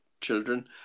children